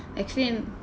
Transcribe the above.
actually